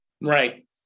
Right